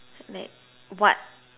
like what